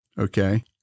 okay